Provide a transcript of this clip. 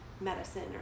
medicine